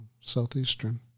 Southeastern